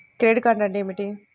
Credit అంటే ఏమిటి?